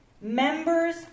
members